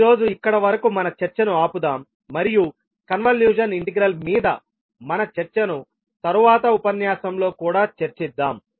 ఈరోజు ఇక్కడ వరకు మన చర్చను ఆపుదాం మరియు కన్వల్యూషన్ ఇంటిగ్రల్ మీద మన చర్చను తరువాత ఉపన్యాసంలో కూడా చర్చిద్దాం